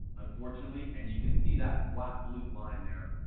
unfortunately, and you can see that flat blue line there.